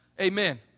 Amen